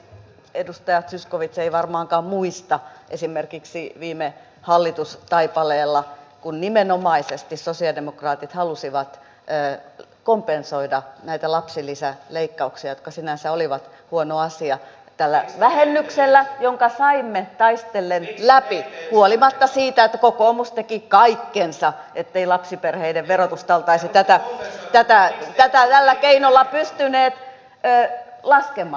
edustaja zyskowicz ei varmaankaan muista esimerkiksi viime hallitustaipaleelta kun nimenomaisesti sosialidemokraatit halusivat kompensoida näitä lapsilisäleikkauksia jotka sinänsä olivat huono asia tällä vähennyksellä jonka saimme taistellen läpi huolimatta siitä että kokoomus teki kaikkensa ettei lapsiperheiden verotusta oltaisi tällä keinolla pystytty laskemaan